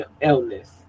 illness